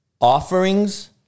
offerings